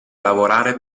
lavorare